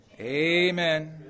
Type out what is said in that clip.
Amen